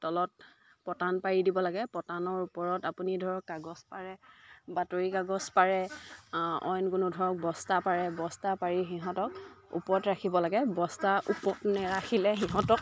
তলত পতান পাৰি দিব লাগে পতানৰ ওপৰত আপুনি ধৰক কাগজ পাৰে বাতৰি কাগজ পাৰে অইন কোনো ধৰক বস্তা পাৰে বস্তা পাৰি সিহঁতক ওপৰত ৰাখিব লাগে বস্তা ওপৰত নেৰাখিলে সিহঁতক